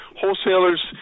wholesalers